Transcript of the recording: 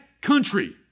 country